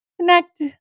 connect